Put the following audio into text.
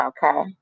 Okay